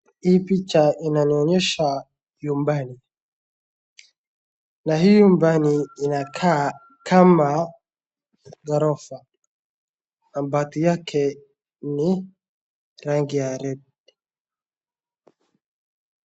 Hii picha inanionyesha nyumbani, kwa hii nyumbani inakaa kama ghorofa. Mabati yake ni rangi ya red .